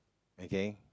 okay